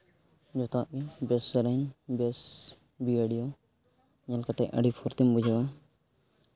ᱡᱚᱛᱚᱣᱟᱜ ᱜᱮ ᱵᱮᱥ ᱥᱮᱨᱮᱧ ᱵᱮᱹᱥ ᱵᱷᱤᱰᱤᱭᱳ ᱧᱮᱞ ᱠᱟᱛᱮ ᱟᱹᱰᱤ ᱯᱷᱩᱨᱛᱤᱢ ᱵᱩᱦᱟᱹᱣᱟ